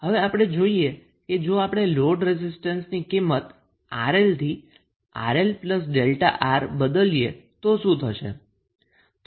હવે આપણે જોઈએ કે જો આપણે લોડ રેઝિસ્ટન્સની કિંમત 𝑅𝐿 થી 𝑅𝐿𝛥𝑅 બદલીએ તો શું થશે